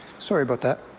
sorry about that.